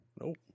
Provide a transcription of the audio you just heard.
Nope